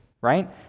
Right